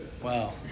Wow